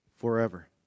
forever